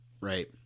Right